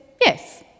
yes